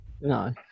No